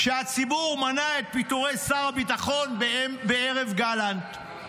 שהציבור מנע את פיטורי שר הביטחון ב"ערב גלנט".